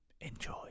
Enjoy